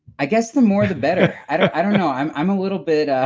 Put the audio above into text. i guess the more the better, i don't i don't know. i'm i'm a little bit. and